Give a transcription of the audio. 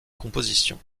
composition